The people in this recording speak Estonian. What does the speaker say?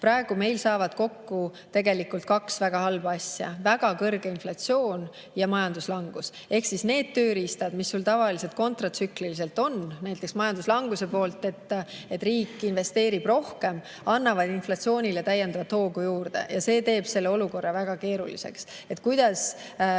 Praegu meil saavad kokku kaks väga halba asja: väga kõrge inflatsioon ja majanduslangus. Ehk siis need tööriistad, mis sul tavaliselt kontratsükliliselt on, näiteks et majanduslanguse ajal riik investeerib rohkem, see annab inflatsioonile täiendavat hoogu juurde. See teeb selle olukorra väga keeruliseks,